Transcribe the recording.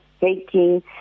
baking